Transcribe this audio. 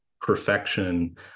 perfection